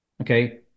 Okay